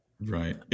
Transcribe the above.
right